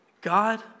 God